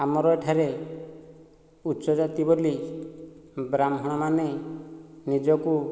ଆମର ଏଠାରେ ଉଚ୍ଚ ଜାତି ବୋଲି ବ୍ରାହ୍ମଣ ମାନେ ନିଜକୁ